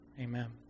Amen